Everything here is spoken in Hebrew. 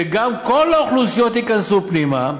שכל האוכלוסיות ייכנסו פנימה,